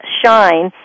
shine